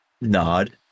nod